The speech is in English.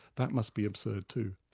that must be absurd too.